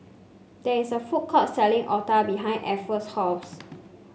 there is a food court selling otah behind Afton's house